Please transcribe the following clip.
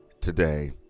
today